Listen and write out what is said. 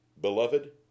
Beloved